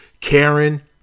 karen